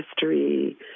history